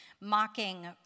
mocking